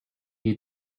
you